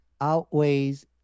outweighs